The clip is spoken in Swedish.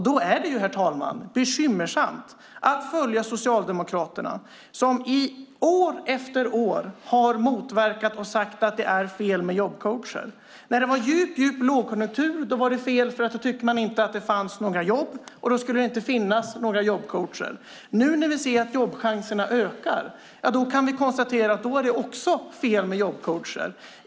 Då är det, herr talman, bekymmersamt att följa Socialdemokraterna, som år efter år har motverkat detta och sagt att det är fel med jobbcoacher. När det var djup lågkonjunktur var det fel eftersom man tyckte att eftersom det inte fanns några jobb skulle det inte finnas några jobbcoacher. När vi nu ser att jobbchanserna ökar kan vi konstatera att de menar att det också är fel med jobbcoacher.